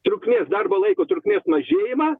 trukmės darbo laiko trukmės mažėjimą